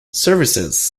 services